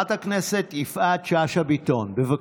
חברת הכנסת יפעת שאשא ביטון,